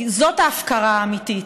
כי זאת ההפקרה האמיתית: